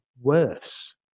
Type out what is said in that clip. worse